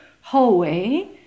hallway